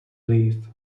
leaf